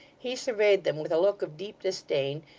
he surveyed them with a look of deep disdain,